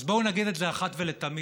אז בואו נגיד את זה אחת ולתמיד: